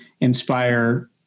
inspire